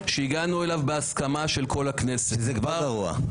מה זה קריאה ראשונה?